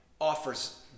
offers